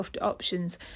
options